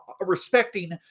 respecting